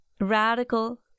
radical